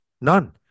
None